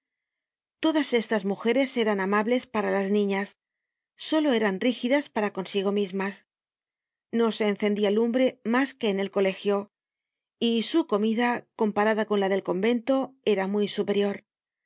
todas estas mujeres eran amables para las niñas solo eran rígidas para consigo mismas no se encendia lumbre mas que en el colegio y su comida comparada con la del convento era muy superior